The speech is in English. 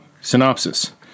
synopsis